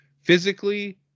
Physically